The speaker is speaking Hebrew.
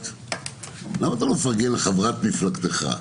למה אתה לא מפרגן לחברת מפלגתך,